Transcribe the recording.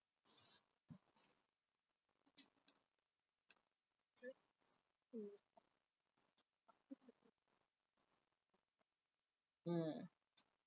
mm